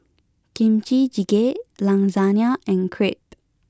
Kimchi jjigae Lasagne and Crepe